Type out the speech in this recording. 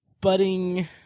budding